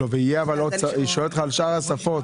היא שואלת על שאר השפות.